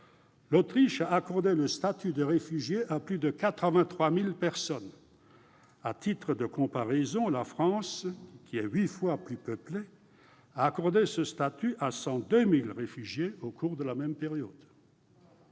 L'Autriche a accordé le statut de réfugié à plus de 83 000 personnes. À titre de comparaison, la France, qui est huit fois plus peuplée, a accordé ce statut à 102 000 réfugiés au cours de la même période.